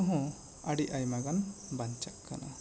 ᱚᱠᱛᱚ ᱦᱚᱸ ᱟᱹᱰᱤ ᱟᱭᱢᱟ ᱜᱟᱱ ᱵᱟᱱᱪᱟ ᱠᱟᱱᱟ